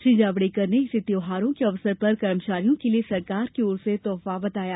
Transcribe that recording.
श्री जावड़ेकर ने इसे त्यौहारों के अवसर पर कर्मचारियों के लिए सरकार की ओर से तोहफा बताया